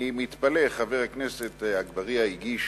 אני מתפלא, חבר הכנסת אגבאריה הגיש